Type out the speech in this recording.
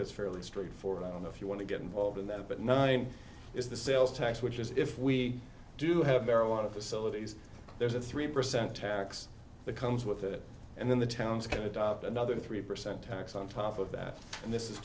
it's fairly straightforward i don't know if you want to get involved in that but nine is the sales tax which is if we do have there are a lot of facilities there's a three percent tax the comes with it and then the towns can adopt another three percent tax on top of that and this is